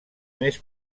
més